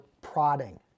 prodding